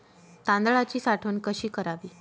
तांदळाची साठवण कशी करावी?